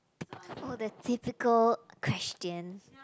oh the typical question